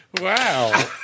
Wow